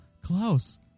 Klaus